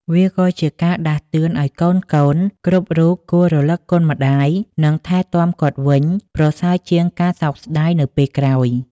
វាក៏ជាការដាស់តឿនឲ្យកូនៗគ្រប់រូបគួររលឹកគុណម្ដាយ និងថែទាំគាត់វិញ ប្រសើរជាងការសោកស្ដាយនៅពេលក្រោយ។